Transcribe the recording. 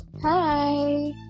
Hi